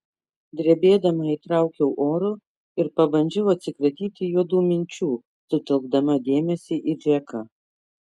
drebėdama įtraukiau oro ir pabandžiau atsikratyti juodų minčių sutelkdama dėmesį į džeką